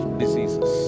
diseases